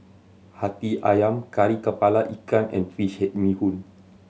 Hati Ayam Kari Kepala Ikan and fish head bee hoon